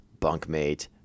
bunkmate